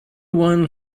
one